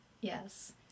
Yes